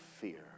fear